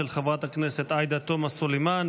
של חברת הכנסת עאידה תומא סלימאן,